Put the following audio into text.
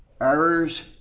errors